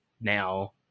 now